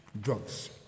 Drugs